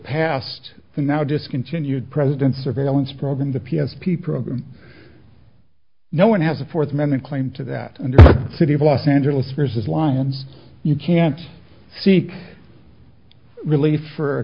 past the now discontinued president surveillance program the p s p program no one has a fourth amendment claim to that and the city of los angeles fears is lions you can't seek relief for a